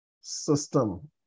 system